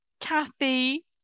kathy